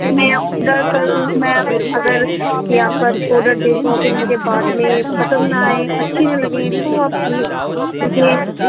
میں آدر کروں میں اگر یہاں پر آرڈر دے دوں پھر مجھے بعد میں پسند نہ آئیں اچھی نہ لگیں تو آپ پلیز